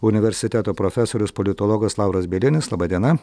universiteto profesorius politologas lauras bielinis laba diena